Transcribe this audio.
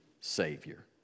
Savior